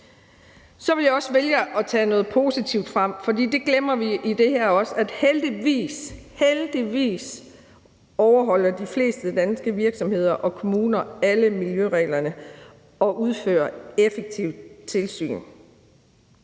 Så vil jeg også vælge at tage noget positivt frem, for det glemmer vi i det her. Heldigvis overholder de fleste danske virksomheder og kommuner alle miljøreglerne og udfører et effektivt tilsyn.